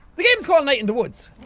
the game's called night in the woods,